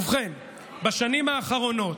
ובכן, בשנים האחרונות,